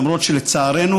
למרות שלצערנו,